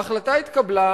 ההחלטה התקבלה